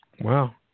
Wow